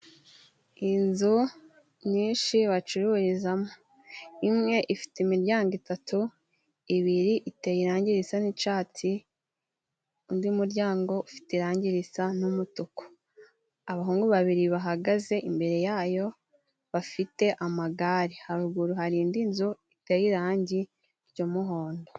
Inzu nyinshi bacururizamo. Imwe ifite imiryango itatu, ibiri iteye irangi risa n'icatsi, undi muryango ufite irangi risa n'umutuku. Abahungu babiri bahagaze imbere ya yo bafite amagare. Haruguru hari indi nzu iteye irangi ry'umuhondo.